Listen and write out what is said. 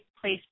Place